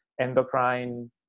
endocrine